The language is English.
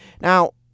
Now